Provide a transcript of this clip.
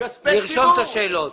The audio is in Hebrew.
כספי ציבור.